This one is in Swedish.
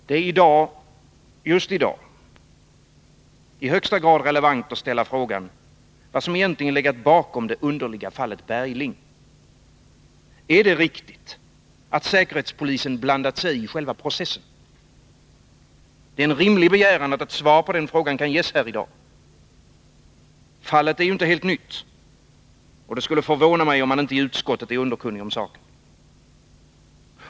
Det är just i dag i högsta grad relevant att ställa frågan vad som egentligen legat bakom det underliga fallet Bergling. Är det riktigt att säkerhetspolisen blandat sig i själva processen? Det är en rimlig begäran, att ett svar på den frågan kan ges här i dag. Fallet är ju inte helt nytt, och det skulle förvåna mig om man inte i utskottet är underkunnig om saken.